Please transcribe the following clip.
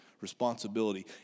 Responsibility